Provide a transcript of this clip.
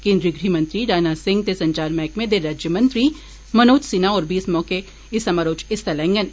केन्द्री गृह मंत्री राजनाथ सिंह ते संचार मैहकमे दे राज्यमंत्री मनोज सिन्हा होर बी इस समारोह च हिस्सा लैडन